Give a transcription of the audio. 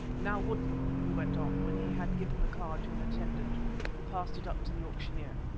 now, woodden, he went on, when he had given the card to an attendant who passed it up to the auctioneer,